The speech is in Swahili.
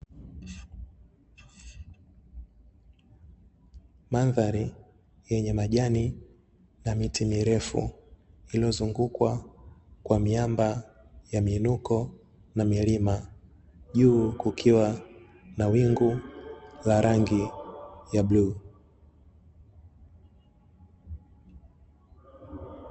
Mandhari yenye majani na miti mirefu, iliyozungukwa kwa miamba ya miinuko na milima, juu kukiwa na wingu la rangi ya bluu.